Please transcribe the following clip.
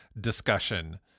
discussion